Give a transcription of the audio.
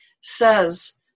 says